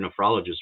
nephrologist